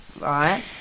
Right